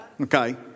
Okay